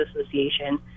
Association